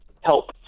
help